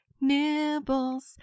Nibbles